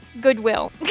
Goodwill